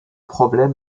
problème